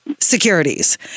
securities